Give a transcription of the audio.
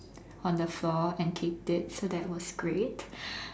on the floor and kicked it so that was great